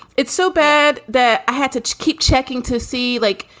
it's so bad that i had to to keep checking to see, like,